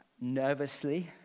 nervously